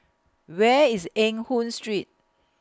Where IS Eng Hoon Street